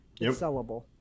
Sellable